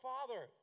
Father